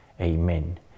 Amen